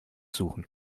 suchen